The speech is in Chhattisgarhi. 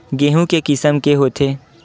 गेहूं के किसम के होथे?